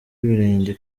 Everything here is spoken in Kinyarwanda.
ibirenge